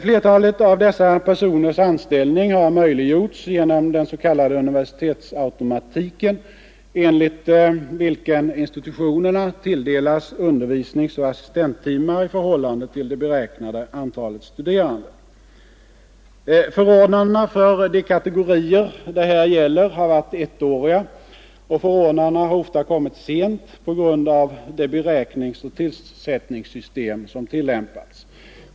Flertalet av dessa personers anställning har möjliggjorts genom den s.k. universitetsautomatiken, enligt vilken institutionerna tilldelas undervisningsoch assistenttimmar i förhållande till det beräknade antalet studerande. Förordnandena för de kategorier det här gäller har varit ettåriga och ofta kommit sent på grund av det beräkningsoch tillsättningssystem som tillämpats.